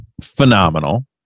phenomenal